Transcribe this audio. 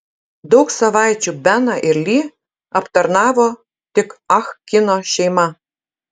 daug savaičių beną ir li aptarnavo tik ah kino šeima